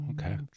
okay